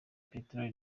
peteroli